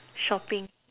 shopping